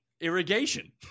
irrigation